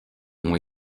ont